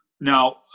Now